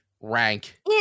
rank